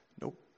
nope